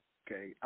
okay